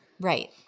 Right